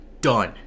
Done